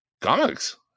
comics